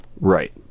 Right